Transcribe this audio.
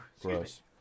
Gross